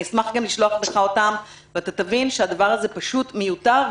אשמח לשלוח לך אותן ואתה תבין שהדבר הזה פשוט מיותר,